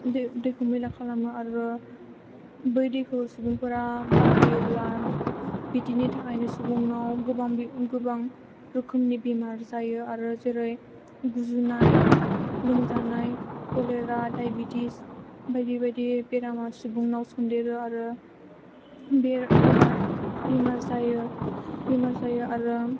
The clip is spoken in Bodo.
दैखौ मैला खालामो आरो बै दैखौ सुबुंफोरा बाहायोब्ला बिदिनि थाखायनो सुबुंनाव गोबां गोबां रोखोमनि बेमार जायो आरो जेरै गुजुनाय लोमजानाय कलेरा दायेबितिस बायदि बायदि बेरामा सुबुंनाव सनदेरो आरो बेमार जायो आरो